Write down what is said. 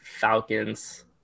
Falcons